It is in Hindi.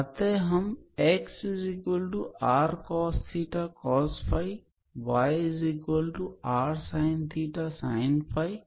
अतः हम तथा प्रतिस्थापित करेंगे